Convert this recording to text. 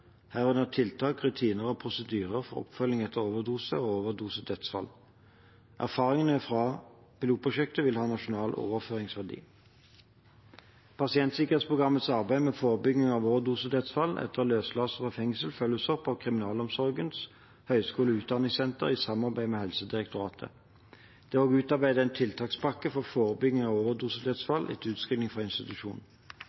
herunder tiltak, rutiner og prosedyrer for oppfølging etter overdose og overdosedødsfall. Erfaringene fra pilotprosjektet vil ha nasjonal overføringsverdi. Pasientsikkerhetsprogrammets arbeid med forebygging av overdosedødsfall etter løslatelse fra fengsel følges opp av Kriminalomsorgens høgskole og utdanningssenter i samarbeid med Helsedirektoratet. Det er også utarbeidet en tiltakspakke for forebygging av